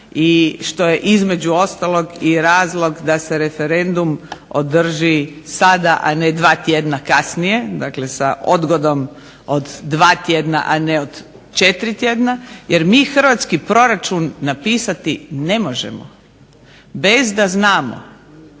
što je između ostalog i razlog da se referendum održi sada, a ne dva tjedna kasnije. Dakle, sa odgodom od 2 tjedna, a ne od 4 tjedna, jer mi hrvatski proračun napisati ne možemo bez da znamo